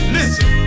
Listen